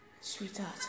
sweetheart